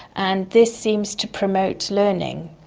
and this seems to promote learning.